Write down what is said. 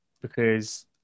Because-